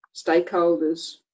stakeholders